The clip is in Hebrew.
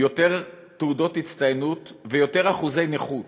יותר תעודות הצטיינות ויותר אחוזי נכות